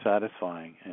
satisfying